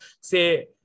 say